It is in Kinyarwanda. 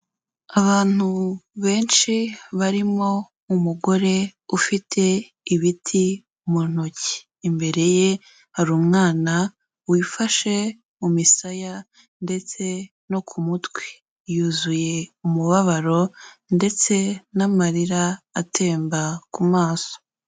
Abantu benshi barimo umugore ufite ibiti mu ntoki, imbere ye hari umwana wifashe mu misaya, ndetse no ku mutwe, yuzuye umubabaro ndetse n'amarira atemba ku maso.